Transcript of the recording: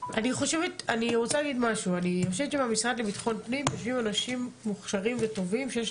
אני חושבת שבמשרד לביטחון פנים יושבים אנשים מוכשרים וטובים שיש